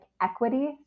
equity